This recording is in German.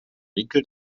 winkel